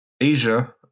Asia